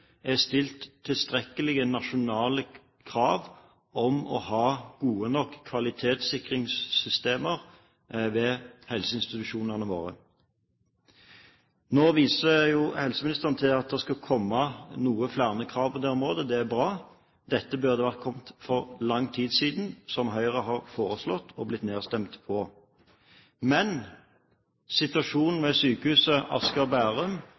er stilt tilstrekkelige nasjonale krav om å ha gode nok kvalitetssikringssystemer ved helseinstitusjonene våre. Nå viser jo helseministeren til at det skal komme noen flere krav på dette området – det er bra. Dette burde ha kommet for lang tid siden, noe som Høyre har foreslått og blitt nedstemt på. Men situasjonen ved Sykehuset Asker og Bærum